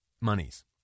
monies